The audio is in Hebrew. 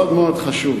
מאוד מאוד חשוב.